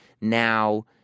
now